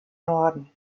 norden